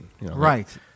Right